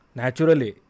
naturally